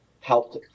helped